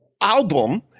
album